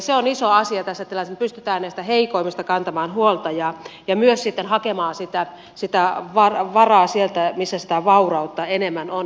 se on iso asia tässä tilanteessa että me pystymme näistä heikoimmista kantamaan huolta ja myös hakemaan varaa sieltä missä sitä vaurautta enemmän on